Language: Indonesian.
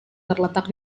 terletak